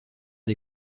des